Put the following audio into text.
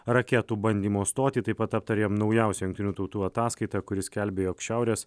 raketų bandymo stotį taip pat aptarėm naujausia jungtinių tautų ataskaitą kuri skelbė jog šiaurės